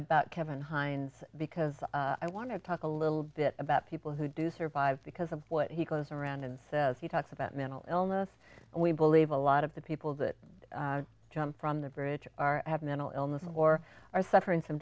about kevin hines because i want to talk a little bit about people who do survive because of what he goes around and says he talks about mental illness and we believe a lot of the people that jump from the bridge are have mental illness or are suffering